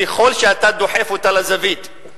ככל שאתה דוחף אותה לזווית,